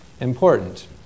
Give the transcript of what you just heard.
important